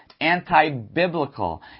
anti-biblical